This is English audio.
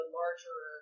larger